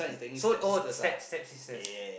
so oh step~ stepsisters